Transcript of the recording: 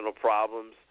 problems